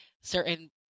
certain